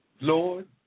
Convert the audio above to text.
Lord